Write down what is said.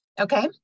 Okay